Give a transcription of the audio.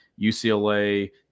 UCLA